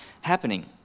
happening